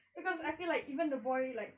cause I feel like even though the boy like